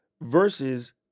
versus